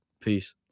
peace